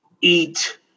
eat